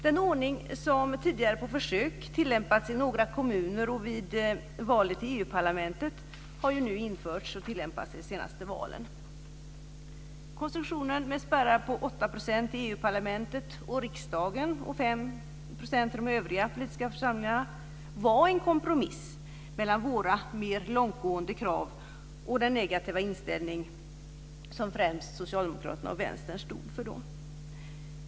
Den ordning som tidigare på försök tillämpats i några kommuner och vid valet till EU-parlamentet har nu införts och tillämpats i de senaste valen. Konstruktionen med spärrar på 8 % till EU-parlamentet och riksdagen och 5 % till de övriga politiska församlingarna var en kompromiss mellan våra mer långtgående krav och den negativa inställning som främst Socialdemokraterna och Vänstern stod för.